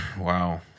Wow